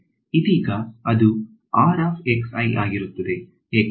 ಇದೀಗ ಅದು ಆಗಿರುತ್ತದೆ